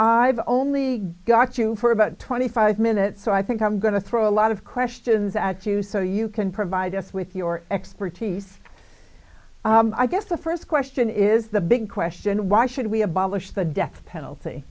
i've only got you for about twenty five minutes so i think i'm going to throw a lot of questions at you so you can provide us with your expertise i guess the first question is the big question why should we abolish the death penalty